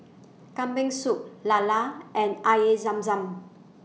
Kambing Soup Lala and Air Zam Zam